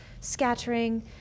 scattering